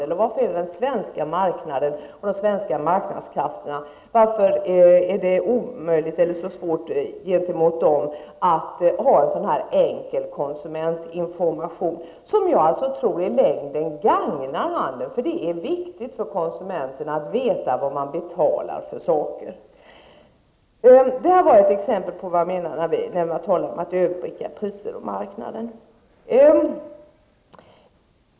Varför är det så svårt för den svenska marknaden och marknadskrafterna att ge konsumenterna en så enkel information som prismärkningen utgör? Jag tror att en prismärkning i längden gagnar handeln. Det är viktigt för konsumenterna att veta vad de betalar för saker och ting. Detta var ett exempel på vad jag menar med att kunna överblicka priser och marknaden.